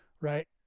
right